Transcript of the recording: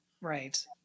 Right